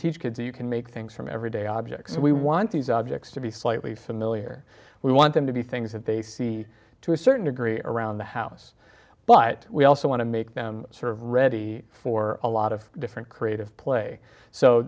teach kids you can make things from everyday objects so we want these objects to be slightly familiar we want them to be things that they see to a certain degree around the house but we also want to make them sort of ready for a lot of different creative play so